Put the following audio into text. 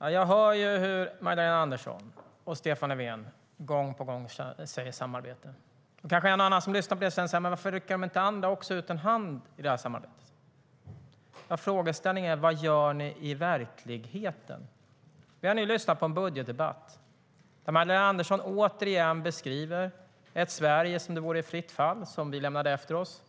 Herr talman! Jag hör hur Magdalena Andersson och Stefan Löfven gång på gång nämner samarbete. Nu kanske en och annan som lyssnar säger: Men varför räcker de andra inte ut en hand i det här samarbetet? Vi har nu lyssnat på en budgetdebatt där Magdalena Andersson återigen beskriver ett Sverige som om det vore i fritt fall, som vi lämnade efter oss,